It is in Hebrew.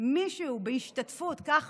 מישהו בהשתתפות, כך